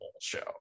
show